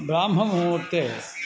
ब्राह्ममुहूर्ते